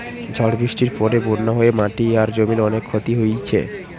ঝড় বৃষ্টির পরে বন্যা হয়ে মাটি আর জমির অনেক ক্ষতি হইছে